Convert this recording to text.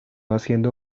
haciendo